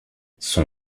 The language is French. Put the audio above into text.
son